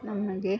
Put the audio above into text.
ನಮಗೆ